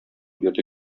бирле